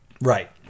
Right